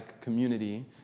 community